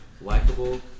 Likeable